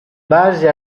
base